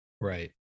Right